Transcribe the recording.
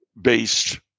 based